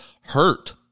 hurt